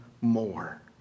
More